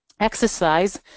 exercise